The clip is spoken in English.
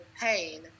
pain